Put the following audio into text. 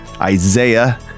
isaiah